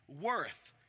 worth